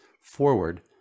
forward